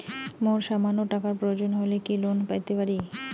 মোর সামান্য টাকার প্রয়োজন হইলে কি লোন পাইতে পারি?